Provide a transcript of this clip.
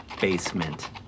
basement